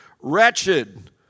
wretched